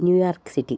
New York city